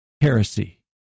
heresy